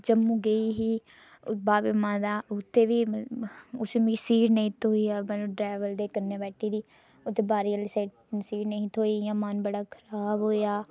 इक टैम मीं जम्मू गेई ही बावे माता उत्थै बी मिगी सीट नेई थ्होई ऐ डरैवर दे कन्ने बैठी दी उत्थै बारी आह्ली साइड सीट नेईं थ्होई इ'यां मन बड़ा खराब होएआ